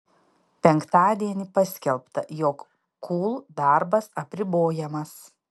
penktadienį paskelbta jog kul darbas apribojamas